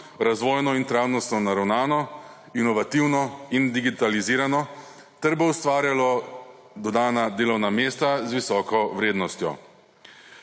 razvojno in trajnostno naravnano, inovativno in digitalizirano ter bo ustvarjalo dodana delovna mesta z visoko vrednostjo.